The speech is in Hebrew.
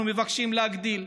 אנחנו מבקשים להאריך.